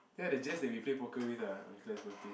that the Jess that we play poker with ah on Claire's birthday